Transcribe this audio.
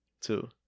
two